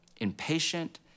impatient